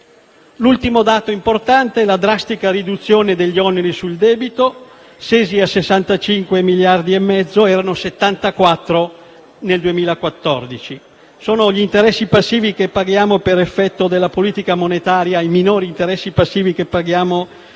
L'ultimo dato importante è la drastica riduzione degli oneri sul debito, scesi a 65 miliardi e mezzo (erano 74 nel 2014): sono i minori interessi passivi che paghiamo per effetto della politica monetaria della Banca centrale